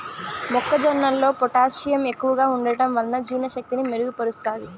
మొక్క జొన్నలో పొటాషియం ఎక్కువగా ఉంటడం వలన జీర్ణ శక్తిని మెరుగు పరుస్తాది